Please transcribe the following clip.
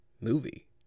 movie